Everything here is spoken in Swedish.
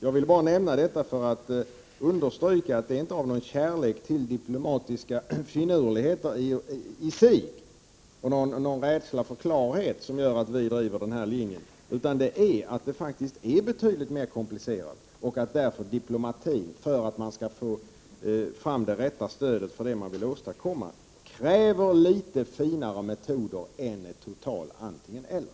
Jag ville bara nämna detta för att understryka att det inte är av kärlek till diplomatiska finurligheter i sig eller av rädsla för klarhet som vi driver denna linje, utan därför att situationen faktiskt är betydligt mer komplicerad. Och diplomatin kräver därför — för att man skall få fram det rätta stödet för det man vill åstadkomma -— litet finare metoder än ett totalt antingen-eller.